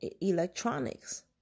electronics